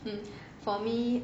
um for me